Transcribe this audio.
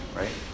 right